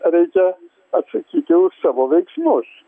reikia atsakyti už savo veiksmus